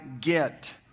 get